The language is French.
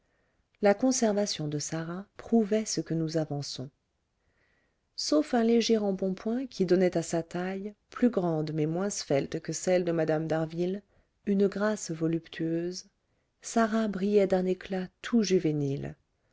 la conservation de sarah prouvait ce que nous avançons sauf un léger embonpoint qui donnait à sa taille plus grande mais moins svelte que celle de mme d'harville une grâce voluptueuse sarah brillait d'un éclat tout juvénile